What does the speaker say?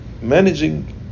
managing